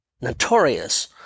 notorious